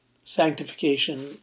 sanctification